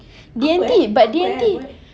D_N_T but D_N_T